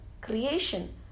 creation